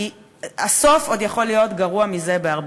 כי הסוף עוד יכול להיות גרוע מזה בהרבה.